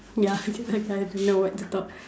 ya I don't know what to talk